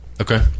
Okay